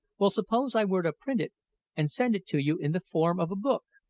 well, suppose i were to print it and send it to you in the form of a book,